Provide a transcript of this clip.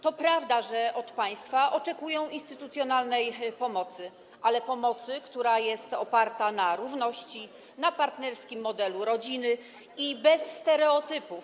To prawda, że od państwa oczekują instytucjonalnej pomocy, ale pomocy, która jest oparta na równości, na partnerskim modelu rodziny, bez stereotypów.